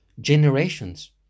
generations